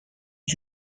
توش